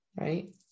Right